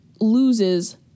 loses